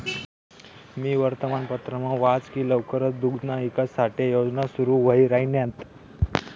मी वर्तमानपत्रमा वाच की लवकरच दुग्धना ईकास साठे योजना सुरू व्हाई राहिन्यात